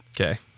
Okay